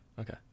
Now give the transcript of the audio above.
okay